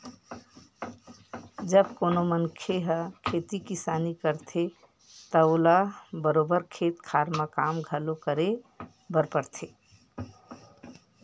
जब कोनो मनखे ह खेती किसानी करथे त ओला बरोबर खेत खार म काम घलो करे बर परथे